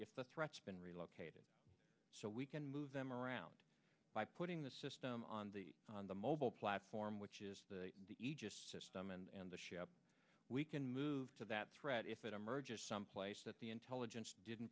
if the threats been relocated so we can move them around by putting the system on the on the mobile platform which is the aegis system and the ship we can move to that threat if it emerges someplace that the intelligence didn't